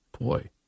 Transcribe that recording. boy